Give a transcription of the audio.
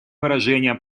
выражением